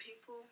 people